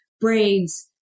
braids